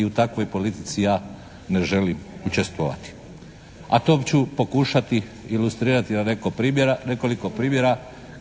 i u takvoj politici ja ne želim učestvovati. A to ću pokušati ilustrirati na nekoliko primjera.